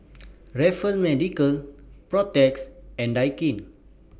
Raffles Medical Protex and Daikin